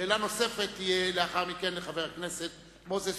שאלה נוספת תהיה לאחר מכן לחבר הכנסת מוזס,